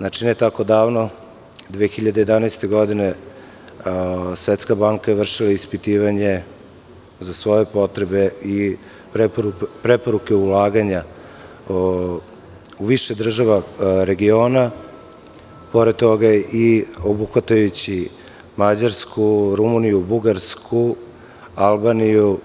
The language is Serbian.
Ne tako davno, 2011. godine, Svetska banka je vršila ispitivanje za svoje potrebe i preporuke ulaganja u više država regiona, pored toga obuhvatajući i Mađarsku, Rumuniju, Bugarsku, Albaniju,